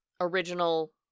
original